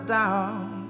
down